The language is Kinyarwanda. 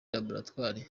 laboratwari